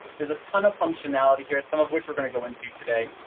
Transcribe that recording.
there's a ton of functionality here, some of which we're going to go into today.